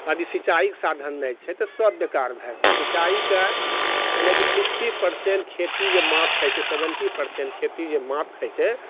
यदि सिंचाइके साधन नहि छै तऽ सभ बेकार भए जेतै सिंचाइके कनि की सिक्स्टी परसेन्ट खेती जे मात खाइ छै सेवेन्टी परसेन्ट मात खाइ छै